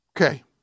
Okay